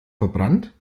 verbrannt